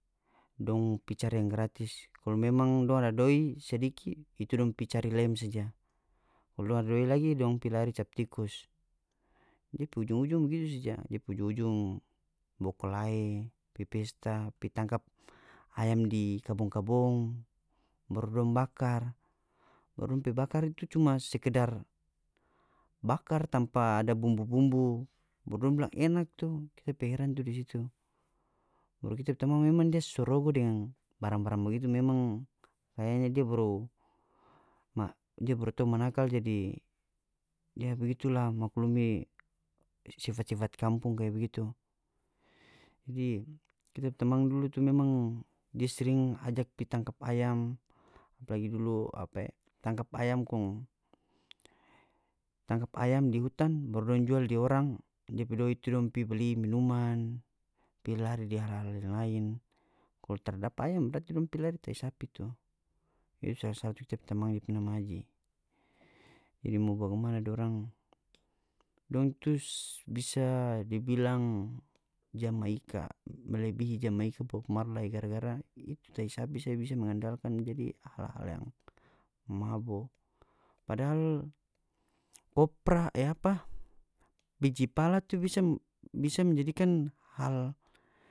Dong pi cari yang gratis kalu memang dong ada doi sedikit itu dong pi cari lem saja kalu dong ada doi lagi dong pi lari captikus depe ujung-ujung begitu saja depe ujung-ujung bakulae pi pesta pi tangkap ayam di kabong-kabong baru dong bakar baru dong pi bakar itu cuma sekedar bakar tampa ada bumbu-bumbu baru dong bilang enak tu kita pe heran tu di situ baru kita pe tamang memang dia sorobo deng barang-barang bagitu memang kayanya dia baru dia baru tau manakal jadi ya bagitula maklumi sifat-sifat kampung kaya bagitu jadi kita pe tamang dulu tu memang dia sering ajak pi tangkap ayam apalagi dulu apa e tangkap ayam kong tangkap ayam di utan baru dong jual di orang dia pe doi tu dong pi beli minuman pi lari di hal-hal yang lain kalu tardapa ayam berati dong pi lari di tai sapi tu itu sala satu ta pe tamang da pe nama aji jadi mo bagimana dorang dong tu bisa dibilang jam maika melebihi jam maika bob marlai gara-gara itu tai sapi saja bisa mengandalkan jadi apa hal-hal yang mabo padahal kopra e apa biji pala tu bisa bisa menjadikan hal.